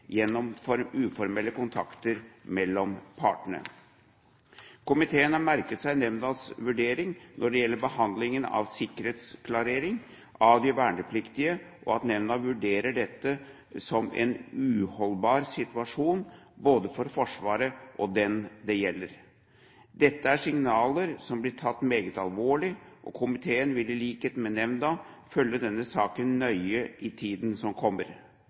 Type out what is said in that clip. uformelle kontakter mellom partene. Komiteen har merket seg nemndas vurdering når det gjelder behandlingen av sikkerhetsklarering av de vernepliktige, og at nemnda vurderer dette som en uholdbar situasjon både for Forsvaret og den det gjelder. Dette er signaler som blir tatt meget alvorlig. Komiteen vil i likhet med nemnda følge denne saken nøye i tiden som kommer.